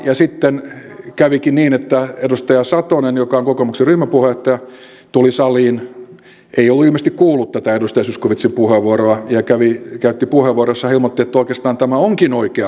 sitten kävikin niin että edustaja satonen joka on kokoomuksen ryhmäpuheenjohtaja tuli saliin ei ollut ilmeisesti kuullut tätä edustaja zyskowiczin puheenvuoroa ja käytti puheenvuoron jossa hän ilmoitti että oikeastaan tämä onkin oikea kanta